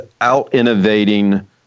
out-innovating